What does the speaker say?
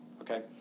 Okay